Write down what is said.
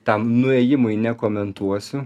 tam nuėjimui nekomentuosiu